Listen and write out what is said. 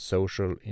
Social